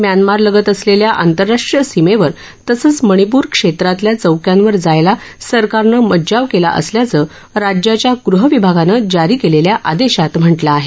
Myanmar लगत असलेल्या आंतरराष्ट्रीय सीमेवर तसंच मणिपूर क्षेत्रातल्या चौक्यांवर जायला सरकारनं मज्जाव केला असल्याचं राज्याच्या गृहविभागानं जारी केलेल्या आदेशात म्हटलं आहे